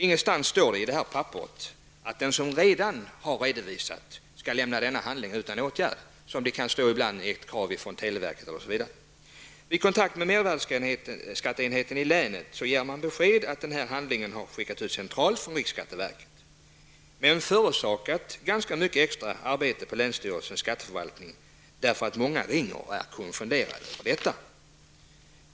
Ingenstans i detta papper står att den som redan har redovisat sin moms skall lämna handlingen utan åtgärd, såsom det brukar stå i krav från t.ex. Mervärdeskatteenheten i länet har meddelat att denna handling har skickats ut centralt från riksskatteverket. Den har förorsakat ganska mycket extraarbete för länsstyrelsens skatteförvaltning, eftersom många har ringt och varit konfunderade.